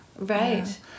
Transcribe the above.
Right